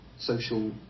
social